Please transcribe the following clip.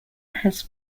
have